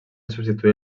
substituir